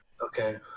Okay